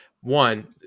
one